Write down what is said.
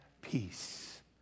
peace